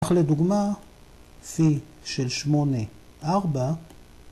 ‫לדוגמה, פי של 8, 4.